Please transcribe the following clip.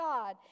God